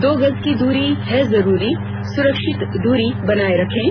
दो गज की दूरी है जरूरी सुरक्षित दूरी बनाए रखें